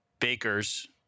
bakers